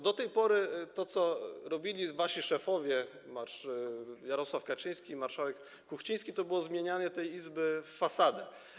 Do tej pory to, co robili wasi szefowie, Jarosław Kaczyński, marszałek Kuchciński, to było zmienianie tej Izby w fasadę.